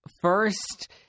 first